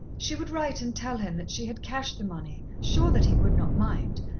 she would write and tell him that she had cashed the money, sure that he would not mind,